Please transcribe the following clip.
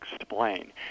explain